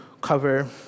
cover